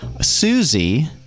Susie